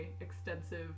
extensive